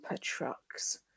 trucks